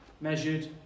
measured